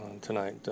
tonight